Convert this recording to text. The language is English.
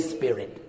Spirit